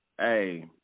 hey